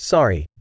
Sorry